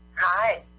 Hi